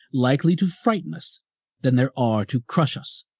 likely to frighten us than there are to crush us.